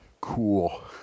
Cool